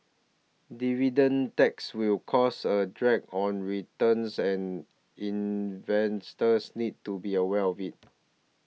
dividend taxes will cause a drag on returns and investors need to be aware of it